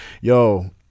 yo